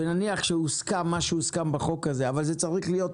ונניח שהוסכם מה שהוסכם בחוק הזה צריך להיות